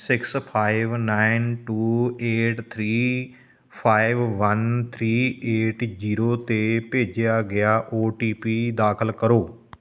six five nine two eight three five one three eight zero 'ਤੇ ਭੇਜਿਆ ਗਿਆ O T P ਦਾਖਲ ਕਰੋ